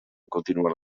continuar